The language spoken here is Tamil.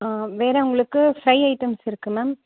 வேறு உங்களுக்கு ஃப்ரை ஐட்டம்ஸ் இருக்கு மேம்